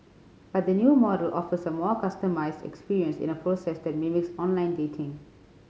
but the new model offers a more customised experience in a process that mimics online dating